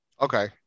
Okay